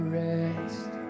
rest